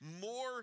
more